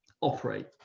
operate